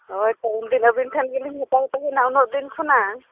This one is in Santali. ᱦᱳᱭ ᱛᱚ ᱩᱱᱫᱤᱱ ᱟᱵᱤᱱ ᱴᱷᱮᱱᱜᱮᱞᱤᱧ ᱦᱟᱛᱟᱣ ᱛᱟᱦᱮᱱᱟ ᱩᱱᱟᱹᱜ ᱫᱤᱱ ᱠᱷᱚᱱᱟᱜ